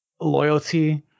loyalty